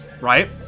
Right